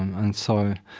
and so,